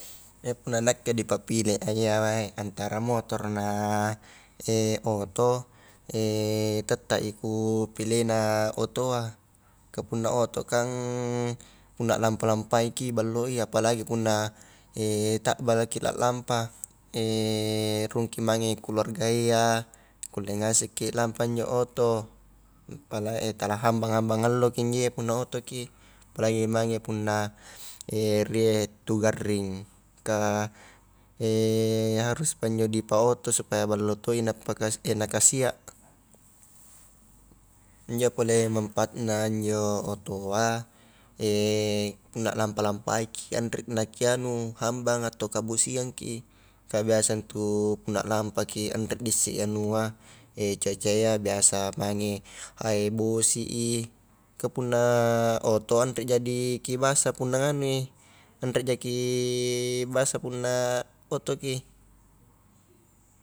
Iya punna nakke dipappile iya antara motor na oto, tetta i kupilena otoa, ka punna oto kang, punna lampa-lampaiki balloi, apalagi punna takbalaki la lampa, rungki mange keluarga iya, kulle ngasekki lampa njo oto, apala tala hambang-hambang alloki injo iya, punna otoki, apalagi mange punna, rie tu garring ka, haruspa injo di paoto supaya ballo toi nappaka nakasia, injo pole manfaat na injo otoa, punna lampa-lampaiki anre na kianu hambang atau kabosiangki, kah biasa intu punna lampaki anre diisse i anua cuaca ia biasa maingi bosi i, ka punna oto anreja di kibasa punna nganui anreja ki basa punna otoki.